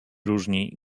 różni